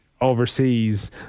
overseas